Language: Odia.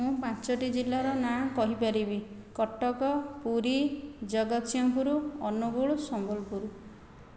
ମୁଁ ପାଞ୍ଚଟି ଜିଲ୍ଲାର ନାଁ କହିପାରିବି କଟକ ପୁରୀ ଜଗତସିଂହପୁର ଅନୁଗୁଳ ସମ୍ବଲପୁର